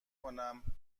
کنم